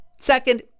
Second